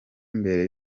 mbere